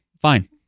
fine